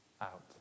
out